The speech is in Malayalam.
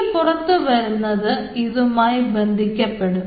ഈ പുറത്തു വരുന്നത് ഇതുമായി ബന്ധിക്കപ്പെട്ടും